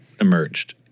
emerged